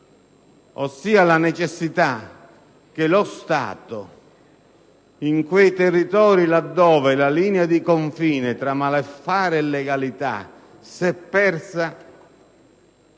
sentiva la necessità che lo Stato, in quei territori dove la linea di confine tra malaffare e legalità si è persa,